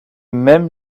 même